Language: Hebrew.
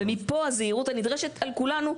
ומפה הזהירות הנדרשת על כולנו,